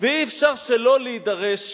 ואי-אפשר שלא להידרש